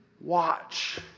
Watch